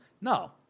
No